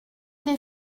des